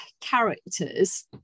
characters